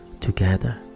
Together